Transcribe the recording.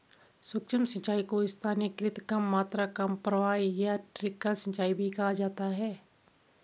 सूक्ष्म सिंचाई को स्थानीयकृत कम मात्रा कम प्रवाह या ट्रिकल सिंचाई भी कहा जाता है